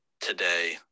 today